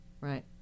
Right